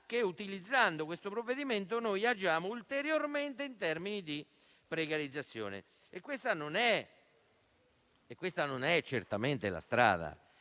che, utilizzando questo provvedimento, agiamo ulteriormente in termini di precarizzazione. E questa non è certamente la strada.